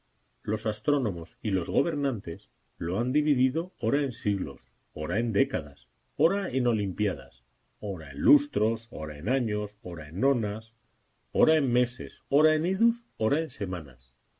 los astrónomos y los gobernantes lo han dividido ora en siglos ora en décadas ora en olimpíadas ora en lustros ora en años ora en nonas ora en meses ora en idus ora en semanas